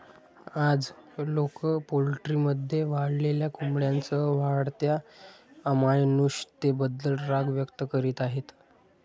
आज, लोक पोल्ट्रीमध्ये वाढलेल्या कोंबड्यांसह वाढत्या अमानुषतेबद्दल राग व्यक्त करीत आहेत